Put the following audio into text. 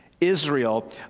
Israel